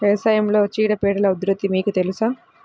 వ్యవసాయంలో చీడపీడల ఉధృతి మీకు తెలుసా?